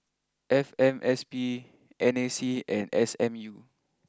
F M S P N A C and S M U